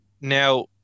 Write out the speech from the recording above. now